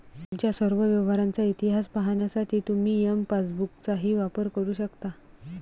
तुमच्या सर्व व्यवहारांचा इतिहास पाहण्यासाठी तुम्ही एम पासबुकचाही वापर करू शकता